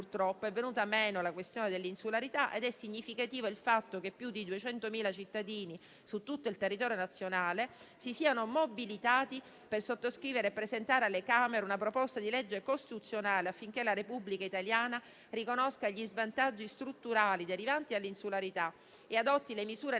purtroppo è venuta meno la questione dell'insularità ed è significativo il fatto che più di 200.000 cittadini, su tutto il territorio nazionale, si siano mobilitati per sottoscrivere e presentare alle Camere una proposta di legge costituzionale affinché la Repubblica italiana riconosca gli svantaggi strutturali derivanti dall'insularità e adotti le misure necessarie